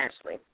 Ashley